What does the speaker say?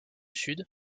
sud